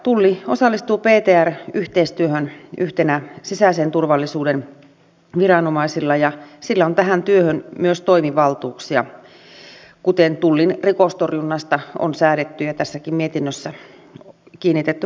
tulli osallistuu ptr yhteistyöhön yhtenä sisäisen turvallisuuden viranomaisena ja sillä on tähän työhön myös toimivaltuuksia kuten tullin rikostorjunnasta on säädetty ja tässäkin mietinnössä siihen kiinnitetty huomiota